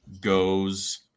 goes